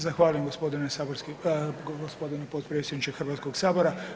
Zahvaljujem gospodine potpredsjedniče Hrvatskog sabora.